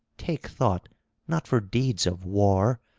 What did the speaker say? take thought not for deeds of war,